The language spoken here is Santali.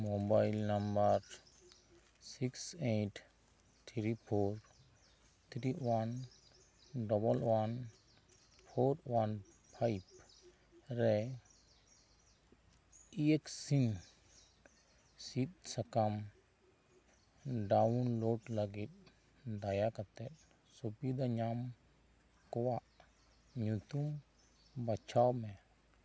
mobile number six eight three four three one double one four one five ᱨᱮ ᱮᱭᱮᱠᱥᱤᱱ ᱥᱤᱫ ᱥᱟᱠᱟᱢ ᱰᱟᱣᱩᱱᱞᱳᱰ ᱞᱟᱹᱜᱤᱫ ᱫᱟᱭᱟᱠᱟᱛᱮᱫ ᱥᱩᱵᱤᱫᱟ ᱧᱟᱢ ᱠᱚᱣᱟᱜ ᱧᱩᱛᱩᱢ ᱵᱟᱪᱷᱟᱣ ᱢᱮ